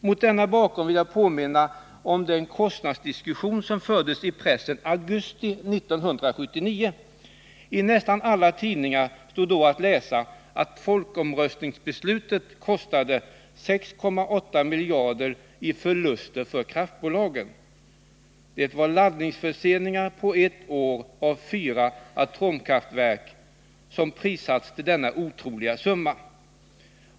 Mot denna bakgrund vill jag påminna om den kostnadsdiskussion som fördes i pressen i augusti 1979. I nästan alla tidningar kunde man då läsa att folkomröstningsbeslutet resulterat i förluster på 6,8 miljarder kronor för kraftbolagen. Det var laddningsförseningar på ett år av fyra reaktorer, som ”prissatts” till denna otroliga summa.